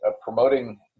promoting